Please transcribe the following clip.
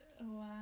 Wow